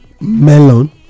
melon